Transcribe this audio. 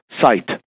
site